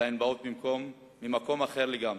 אלא הן באות ממקום אחר לגמרי,